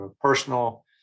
personal